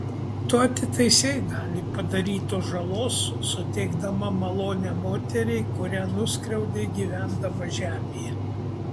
tu atitaisei dalį padarytos žalos suteikdama malonę moteriai kurią nuskriaudei gyvendama žemėje